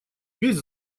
весь